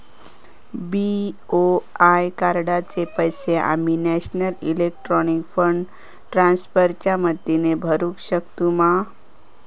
BOI कार्डाचे पैसे आम्ही नेशनल इलेक्ट्रॉनिक फंड ट्रान्स्फर च्या मदतीने भरुक शकतू मा?